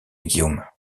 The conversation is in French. guillaume